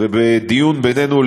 בצפיפות קשה ביותר,